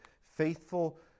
faithful